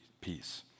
peace